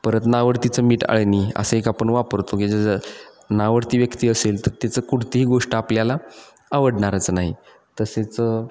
परत नावडतीचं मीठ अळनी असा एक आपण वापरतो की जजं नावडती व्यक्ती असेल तर तिचं कुठतीही गोष्ट आपल्याला आवडणारच नाही तसेच